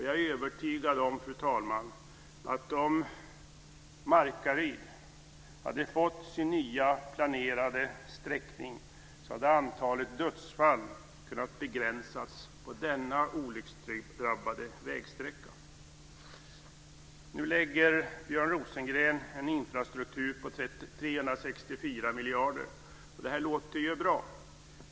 Jag är övertygad om, fru talman, att om Markaryd hade fått sin nya planerade sträckning hade antalet dödsfall kunnat begränsas på denna olycksdrabbade vägsträcka. Nu lägger Björn Rosengren fram en infrastrukturproposition på 364 miljarder. Det låter ju bra.